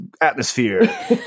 atmosphere